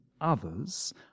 others